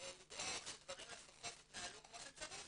לדאוג שדברים לפחות יתנהלו כמו שצריך,